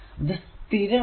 അത് സ്ഥിരമാണ്